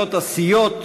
ומנהלות הסיעות,